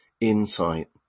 insight